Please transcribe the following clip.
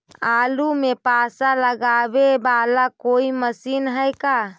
आलू मे पासा लगाबे बाला कोइ मशीन है का?